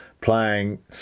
playing